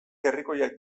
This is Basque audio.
herrikoiak